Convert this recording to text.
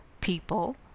people